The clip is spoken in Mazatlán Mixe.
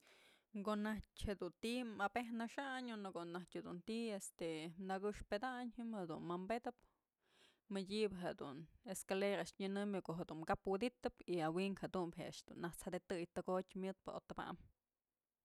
Ko'o najtyë dun ti'i mabëjnaxayn o nëko'o najtyë dun ti'i este nakëxpedayn ji'im jedun wi'inpedëp mëdyëbë dun escalera a'ax nyënëmbyë ko'o jedun kap wëdytëp y a wi'in jedumbë je'e a'ax dun nasjadetëy tekotyë myëtpë o tëbam.